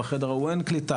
בחדר ההוא אין קליטה.